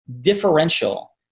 differential